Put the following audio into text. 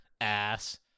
ass